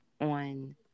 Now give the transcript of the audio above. on